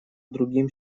другим